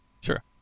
Sure